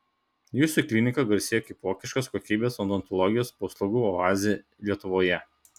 jūsų klinika garsėja kaip vokiškos kokybės odontologijos paslaugų oazė lietuvoje